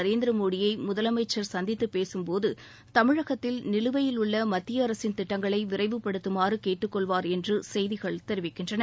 நரேந்திர மோடியை முதலமைச்சர் சந்தித்துப்பேசும்போது தமிழகத்தில் நிலுவையிலுள்ள மத்திய அரசின் திட்டங்களை விரைவுபடுத்தமாறு கேட்டுக் கொள்வார் என்று செய்திகள் தெரிவிக்கின்றன